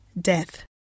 death